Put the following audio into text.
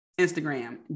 Instagram